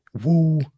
woo